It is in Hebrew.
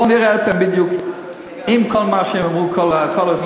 בואו נראה בדיוק אם כל מה שהם אמרו כל הזמן,